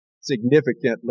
significantly